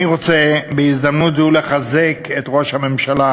אני רוצה בהזדמנות זו לחזק את ראש הממשלה